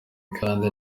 kandi